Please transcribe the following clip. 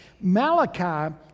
Malachi